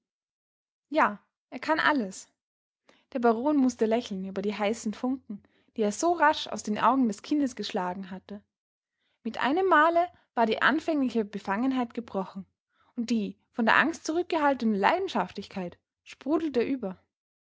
ja er kann alles der baron mußte lächeln über die heißen funken die er so rasch aus den augen des kindes geschlagen hatte mit einem male war die anfängliche befangenheit gebrochen und die von der angst zurückgehaltene leidenschaftlichkeit sprudelte über